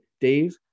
Dave